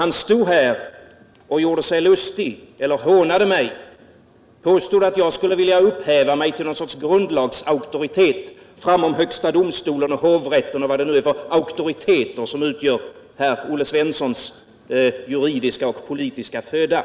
Han hånade mig och påstod att jag skulle vilja upphäva mig till någon sorts grundlagsauktoritet framför högsta domstolen, hovrätterna eller vad det nu är för slags auktoriteter som utgör Olle Svenssons juridiska och politiska föda.